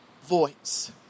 Voice